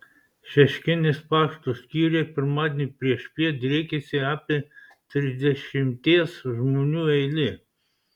šeškinės pašto skyriuje pirmadienį priešpiet driekėsi apie trisdešimties žmonių eilė